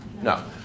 No